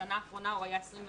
ובשנה האחרונה הוא היה 21%,